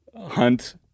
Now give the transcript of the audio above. hunt